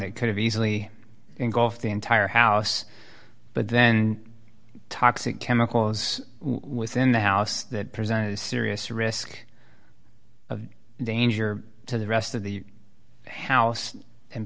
that could have easily engulf the entire house but then toxic chemical was within the house that presented a serious risk danger to the rest of the house and